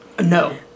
no